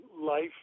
life